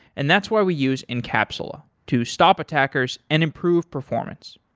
and that's why we use encapsula to stop attackers and improve performance.